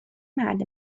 مرد